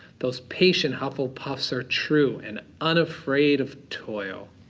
those patient hufflepuff's are true and unafraid of toil.